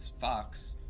fox